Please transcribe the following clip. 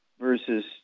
versus